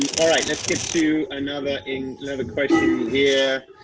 and all right, let's get to another in another question here.